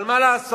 אבל מה לעשות,